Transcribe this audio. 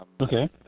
Okay